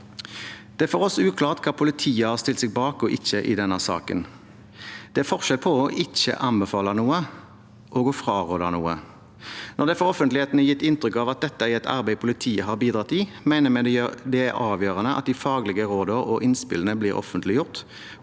Det er for oss uklart hva politiet har stilt seg bak, og ikke, i denne saken. Det er forskjell på å ikke anbefale noe og å fraråde noe. Når det i offentligheten er blitt gitt et inntrykk av at dette er et arbeid politiet har bidratt i, mener vi det er avgjørende at de faglige rådene og innspillene blir offentliggjort